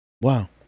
Wow